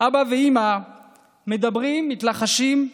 אבא ואימא מדברים, מתלחשים: